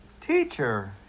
Teacher